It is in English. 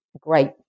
great